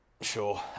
sure